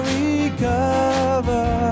recover